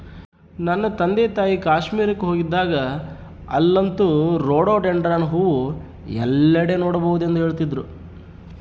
ನನ್ನ ತಂದೆತಾಯಿ ಕಾಶ್ಮೀರಕ್ಕೆ ಹೋಗಿದ್ದಾಗ ಅಲ್ಲಂತೂ ರೋಡೋಡೆಂಡ್ರಾನ್ ಹೂವು ಎಲ್ಲೆಡೆ ನೋಡಬಹುದೆಂದು ಹೇಳ್ತಿದ್ರು